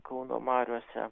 kauno mariose